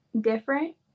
different